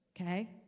Okay